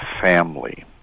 family